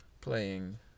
playing